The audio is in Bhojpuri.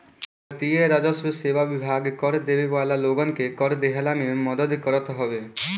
भारतीय राजस्व सेवा विभाग कर देवे वाला लोगन के कर देहला में मदद करत हवे